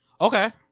Okay